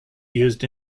used